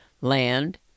land